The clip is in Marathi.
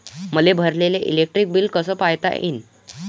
मले भरलेल इलेक्ट्रिक बिल कस पायता येईन?